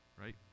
right